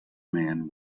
man